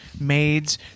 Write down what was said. maids